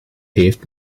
heeft